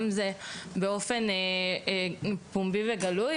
גם אם זה באופן אנונימי וגם אם פומבי וגלוי.